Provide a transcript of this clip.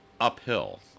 uphill